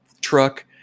truck